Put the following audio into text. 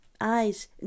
eyes